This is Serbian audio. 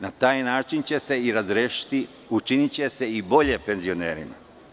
Na taj način će se razrešiti, učiniće se bolje penzionerima.